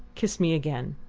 kiss me again,